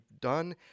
done